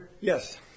Yes